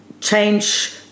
Change